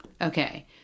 Okay